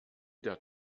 der